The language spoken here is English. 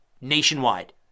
nationwide